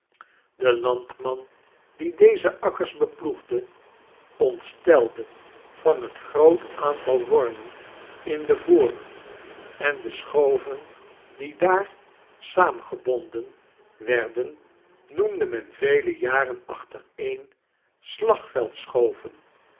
de landman die deze akkers beploegde ontstelde van het groot aantal wormen in de voren en de schoven die daar saamgehonden warden noemde men vele jaren achtareen slagveld-schoven